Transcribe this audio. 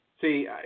See